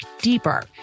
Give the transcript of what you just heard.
deeper